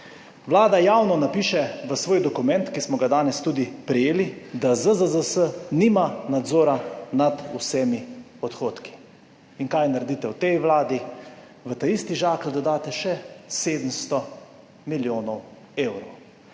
Vlada javno napiše v svoj dokument, ki smo ga danes tudi prejeli, da ZZZS nima nadzora nad vsemi odhodki. In kaj naredite v tej Vladi? V ta isti žakelj dodate še 700 milijonov evrov.